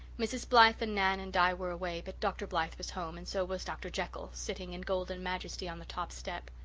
mrs. blythe and nan and di were away, but dr. blythe was home and so was dr. jekyll, sitting in and golden majesty on the top step.